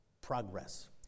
progress